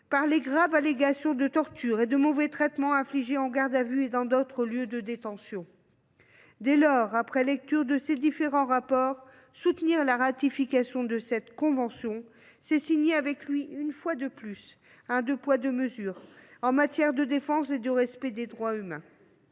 par les graves allégations de tortures et de mauvais traitements infligés en garde à vue et dans d’autres lieux de détention. Dès lors, après lecture de ces différents rapports, soutenir la ratification de cette convention, c’est, une fois de plus, signer un « deux poids, deux mesures » en matière de défense et de respect des droits humains.